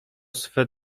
swe